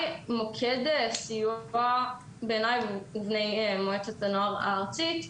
בעיני מועצת הנוער הארצית,